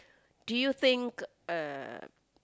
do you think uh